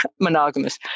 monogamous